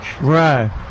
Right